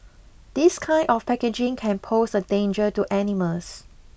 this kind of packaging can pose a danger to animals